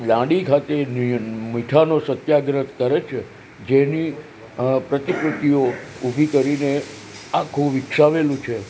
દાંડી ખાતે મી મીઠાનો સત્યાગ્રહ કરે છે જેની પ્રતિકૃતિઓ ઊભી કરીને આખું વિકસાવેલું છે